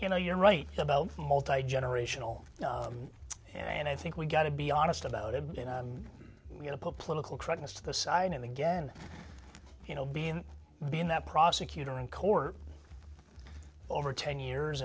you know you're right about multigenerational and i think we got to be honest about it you know we had a political crisis to the side and again you know being being that prosecutor in court over ten years